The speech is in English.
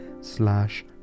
slash